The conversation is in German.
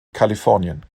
kalifornien